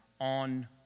on